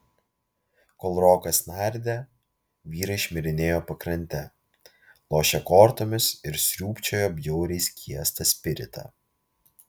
kol rokas nardė vyrai šmirinėjo pakrante lošė kortomis ir sriūbčiojo bjauriai skiestą spiritą